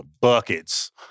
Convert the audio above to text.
buckets